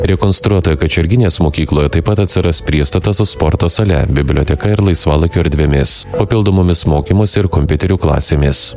rekonstruotoj kačerginės mokykloje taip pat atsiras priestatas su sporto sale biblioteka ir laisvalaikio erdvėmis papildomomis mokymosi ir kompiuterių klasėmis